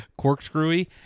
corkscrewy